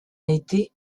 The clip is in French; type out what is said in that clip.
été